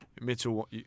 Mitchell